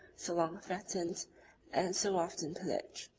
so long threatened and so often pillaged,